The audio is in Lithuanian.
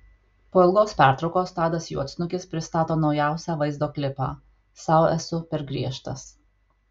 po ilgos pertraukos tadas juodsnukis pristato naujausią vaizdo klipą sau esu per griežtas